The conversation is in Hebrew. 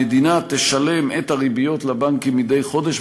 המדינה תשלם את הריביות לבנקים מדי חודש,